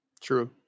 True